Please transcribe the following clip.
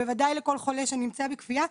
בוודאי לכל חולה שנמצא בכפייה,